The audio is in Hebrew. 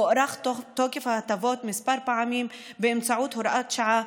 הוארך תוקף ההטבות כמה פעמים באמצעות הוראת שעה,